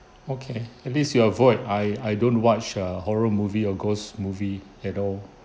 okay at least you avoid I I don't watch a horror movie or ghost movie at all